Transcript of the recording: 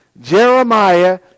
Jeremiah